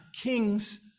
kings